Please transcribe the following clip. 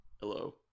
Hello